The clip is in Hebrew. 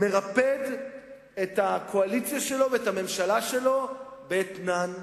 מרפד את הקואליציה שלו ואת הממשלה שלו באתנן,